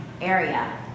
area